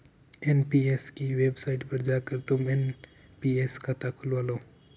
NPS की website पर जाकर तुम एन.पी.एस खाता खुलवा लो